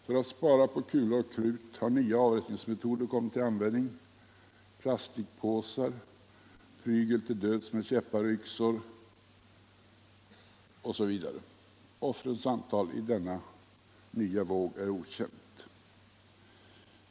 För att spara på kulor och krut har nya avrättningsmetoder kommit till användning: plastpåsar, prygel ull döds med käppar, yxor osv. Offrens antal i denna nya våg är okänt.